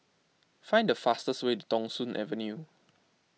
find the fastest way to Thong Soon Avenue